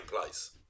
place